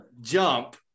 jump